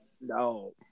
no